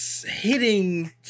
hitting